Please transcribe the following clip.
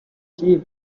cheap